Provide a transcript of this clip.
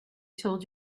told